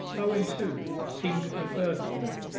owen, too, seemed to prefer the plan.